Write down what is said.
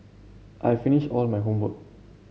I've finished all my homework